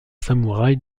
samouraï